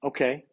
Okay